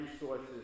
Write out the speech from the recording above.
resources